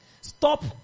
stop